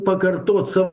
pakartoti savo